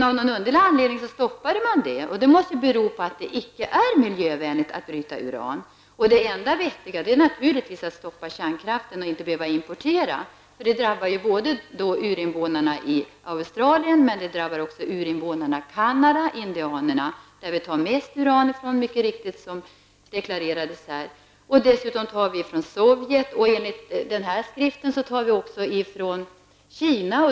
Av någon underlig anledning stoppade man det, och det måste bero på att det icke är miljövänligt att bryta uran. Det enda vettiga är naturligtvis att stoppa kärnkraften och inte behöva importera uran. Importen av uran drabbar både urinvånarna i Australien och indianerna i Canada varifrån vi importerar mest uran, vilket deklarerats här. Dessutom importerar vi uran från Sovjet och enligt denna skrift också från Kina.